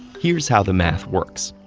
here's how the math works.